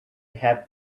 have